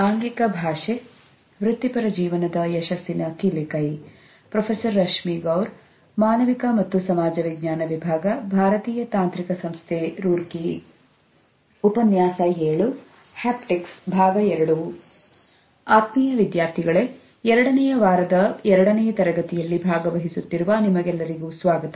ಆತ್ಮೀಯ ವಿದ್ಯಾರ್ಥಿಗಳೇ ಎರಡನೆಯ ವಾರದ ಎರಡನೇ ತರಗತಿಯಲ್ಲಿ ಭಾಗವಹಿಸುತ್ತಿರುವ ನಿಮಗೆಲ್ಲರಿಗೂ ಸ್ವಾಗತ